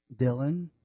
Dylan